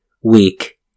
weak